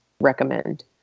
recommend